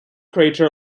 crater